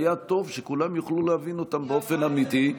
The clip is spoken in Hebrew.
היה טוב שכולם יוכלו להבין אותם באופן אמיתי.